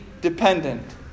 dependent